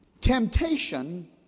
Temptation